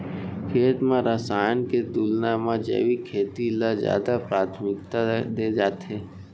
खेत मा रसायन के तुलना मा जैविक खेती ला जादा प्राथमिकता दे जाथे